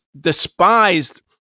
despised